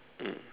mm